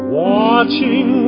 watching